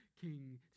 king